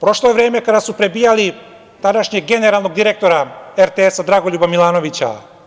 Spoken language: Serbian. Prošlo je vreme kada su prebijali tadašnjeg generalnog direktora RTS Dragoljuba Milanovića.